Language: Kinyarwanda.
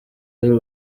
y’u